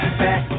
back